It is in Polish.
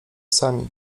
sami